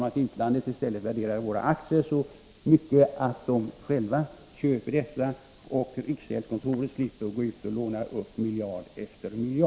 I stället värderar utlandet våra aktier så mycket att de köper dessa, och riksgäldskontoret slipper gå ut och låna upp motsvarande summa.